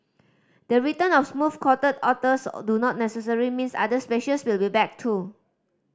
the return of smooth coated otters or do not necessary means other species will be back too